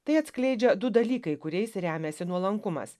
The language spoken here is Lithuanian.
tai atskleidžia du dalykai kuriais remiasi nuolankumas